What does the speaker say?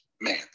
man